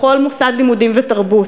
לכל מוסד לימודים ותרבות,